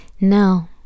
No